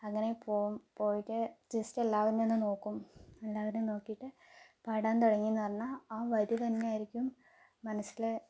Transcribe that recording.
അങ്ങനെ പോവും പോയിട്ട് ജസ്റ്റ് എല്ലാവരെയും ഒന്ന് നോക്കും എല്ലാവരേയും നോക്കീട്ട് പാടാന് തുടങ്ങീന്ന് പറഞ്ഞാൽ ആ വരി തന്നെ ആയിരിക്കും മനസ്സിൽ